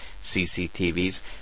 CCTVs